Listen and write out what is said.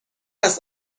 است